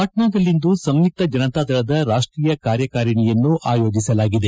ಪಾಟ್ನಾದಲ್ಲಿಂದು ಸಂಯುಕ್ತ ಜನತಾದಳದ ರಾಷ್ವೀಯ ಕಾರ್ಯಕಾರಿಣಿಯನ್ನು ಆಯೋಜಿಸಲಾಗಿದೆ